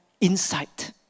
insight